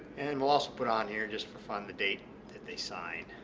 and we'll also put on here just for fun the date that they signed